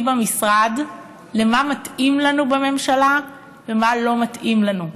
במשרד למה מתאים לנו בממשלה ומה לא מתאים לנו.